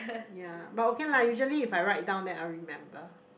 yea but okay lah usually if I write down then I'll remember